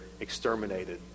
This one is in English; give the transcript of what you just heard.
exterminated